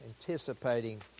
anticipating